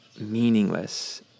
Meaningless